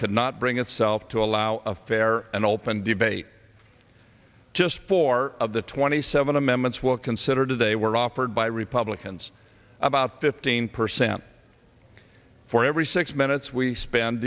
could not bring itself to allow a fair and open debate just four of the twenty seven amendments will consider today were offered by republicans about fifteen percent for every six minutes we spend